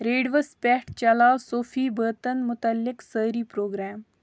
reduce پیٹھ چلاو صوفی بٲتن مُتعلق سٲری پروگرام